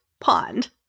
pond